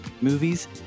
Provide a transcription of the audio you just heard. movies